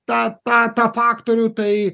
tą tą tą faktorių tai